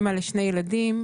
אמא לשני ילדים,